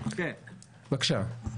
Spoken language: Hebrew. בבקשה.